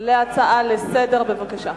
על ההצעה לסדר-היום, בבקשה.